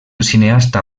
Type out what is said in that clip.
cineasta